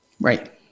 Right